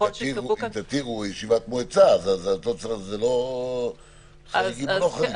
אם תתירו ישיבת מועצה אז לא צריך חריגים או לא חריגים.